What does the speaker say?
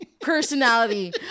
personality